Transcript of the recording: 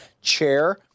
chair